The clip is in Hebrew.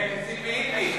ולציפי לבני.